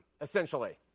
essentially